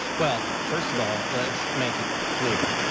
well, first of all, let's make it clear,